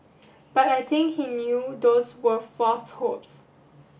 but I think he knew those were false hopes